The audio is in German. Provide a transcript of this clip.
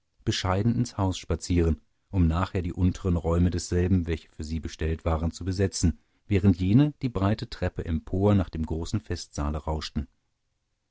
bescheiden ins haus spazieren um nachher die unteren räume desselben welche für sie bestellt waren zu besetzen während jene die breite treppe empor nach dem großen festsaale rauschten